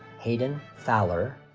hayden fowler,